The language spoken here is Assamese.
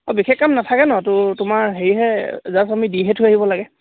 অঁ বিশেষ কাম নাথাকে নহ্ ত' তোমাৰ হেৰিহে জাষ্ট আমি দিহে থৈ আহিব লাগে